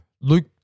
Luke